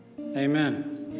Amen